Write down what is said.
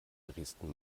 dresden